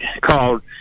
called